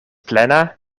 plena